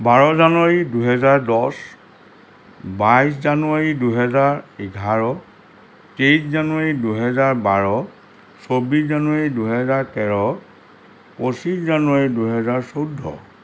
বাৰ জানুৱাৰী দুহেজাৰ দহ বাইছ জানুৱাৰী দুহেজাৰ এঘাৰ তেইছ জানুৱাৰী দুহেজাৰ বাৰ চৌব্বিছ জানুৱাৰী দুহেজাৰ তেৰ পঁচিছ জানুৱাৰী দুহেজাৰ চৈধ্য়